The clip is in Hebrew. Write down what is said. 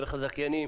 דרך הזכיינים,